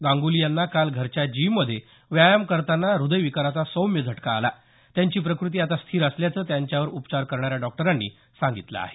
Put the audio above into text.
गांगुली यांना काल घरच्या जीममध्ये व्यायाम करताना हृदयविकाराचा सौम्य झटका आला त्यांची प्रकृती आता स्थिर असल्याचं त्यांच्यावर उपचार करणाऱ्या डॉक्टरांनी सांगितलं आहे